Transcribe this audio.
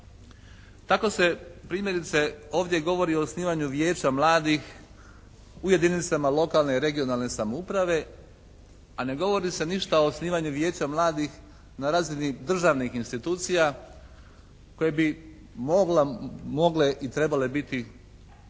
Tako se primjerice ovdje govori o osnivanju Vijeća mladih u jedinicama lokalne i regionalne samouprave a ne govori se ništa o osnivanju Vijeća mladih na razini državnih institucija koje bi mogle i trebale biti sa većom